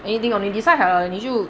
anything 你 decide 好了就